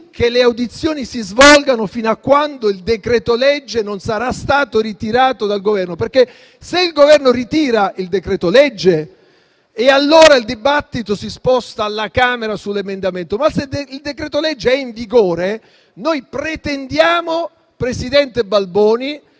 che le audizioni si svolgano fino a quando il decreto-legge non sarà stato ritirato dal Governo, perché se il Governo ritira il decreto-legge, allora il dibattito si sposta alla Camera sull'emendamento, ma se il decreto-legge è in vigore noi pretendiamo, presidente Balboni,